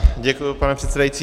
Děkuji, pane předsedající.